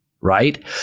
right